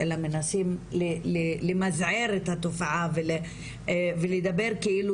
אלא מנסים למזער את התופעה ולדבר כאילו